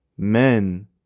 Men